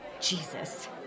Jesus